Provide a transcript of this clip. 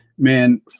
Man